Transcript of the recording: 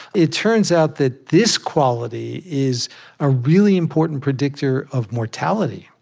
it turns out that this quality is a really important predictor of mortality